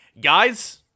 Guys